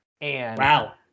Wow